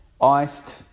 iced